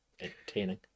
entertaining